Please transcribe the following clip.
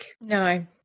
No